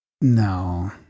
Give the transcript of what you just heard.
No